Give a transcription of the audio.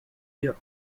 year